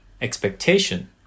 expectation